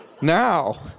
Now